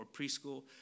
preschool